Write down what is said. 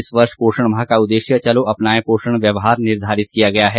इस वर्ष पोषण माह का उद्देश्य चलो अपनाएं पोषण व्यवहार निर्धारित किया गया है